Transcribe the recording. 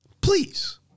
please